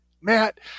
matt